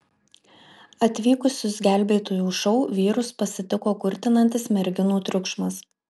atvykusius gelbėtojų šou vyrus pasitiko kurtinantis merginų triukšmas